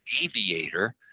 aviator